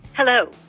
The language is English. Hello